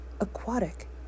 Aquatic